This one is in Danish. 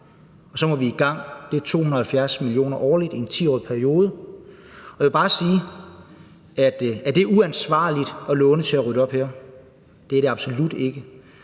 og så må vi i gang. Det er 270 mio. kr. årligt i en 10-årig periode. Og jeg vil bare sige: Er det uansvarligt at låne til at rydde op her? Det er det absolut ikke.